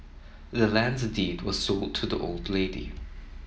the land's deed was sold to the old lady